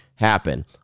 happen